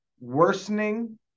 worsening